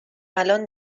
الان